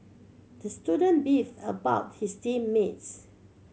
the student beefed about his team mates